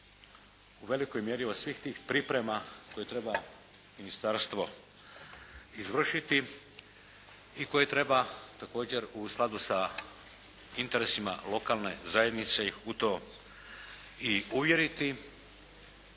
u velikoj mjeri od tih svih priprema koje treba ministarstvo izvršiti i koje treba također u skladu sa interesima lokalne zajednice ih u to i uvjeriti,